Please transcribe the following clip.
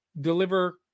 deliver